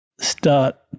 start